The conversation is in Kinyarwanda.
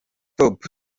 top